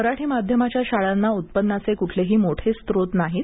मराठी माध्यमाच्या शाळांना उत्पन्नाचे कुठलेही मोठे स्त्रोत नाहीत